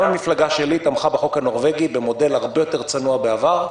גם המפלגה שלי תמכה בחוק הנורווגי במודל הרבה יותר צנוע בעבר,